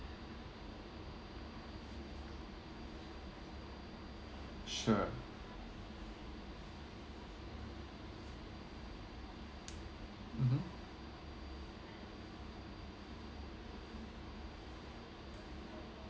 sure mmhmm